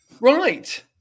Right